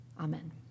Amen